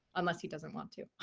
unless he doesn't want to.